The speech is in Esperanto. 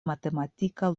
matematika